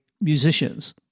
musicians